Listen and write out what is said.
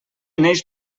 neix